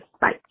Bye